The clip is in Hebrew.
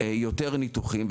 יותר ניתוחים,